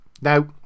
Now